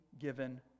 Given